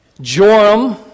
Joram